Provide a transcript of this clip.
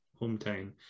hometown